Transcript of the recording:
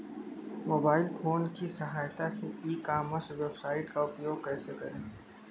Mobile phone की सहायता से ई कॉमर्स वेबसाइट का उपयोग कैसे करें?